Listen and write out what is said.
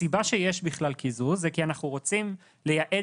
הסיבה שיש בכלל קיזוז זה כי אנחנו רוצים לייעד